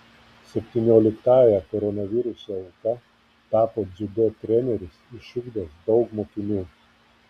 septynioliktąja koronaviruso auka tapo dziudo treneris išugdęs daug mokinių